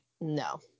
no